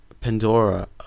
Pandora